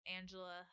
Angela